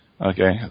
Okay